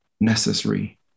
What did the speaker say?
necessary